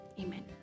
Amen